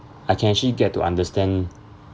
I can actually get to understand